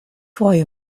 freue